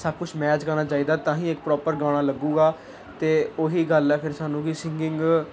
ਸਭ ਕੁਛ ਮੈਚ ਕਰਨਾ ਚਾਹੀਦਾ ਤਾਂ ਹੀ ਇੱਕ ਪ੍ਰੋਪਰ ਗਾਣਾ ਲੱਗੇਗਾ ਅਤੇ ਉਹੀ ਗੱਲ ਹੈ ਫਿਰ ਸਾਨੂੰ ਕਿ ਸਿੰਗਿੰਗ